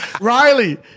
Riley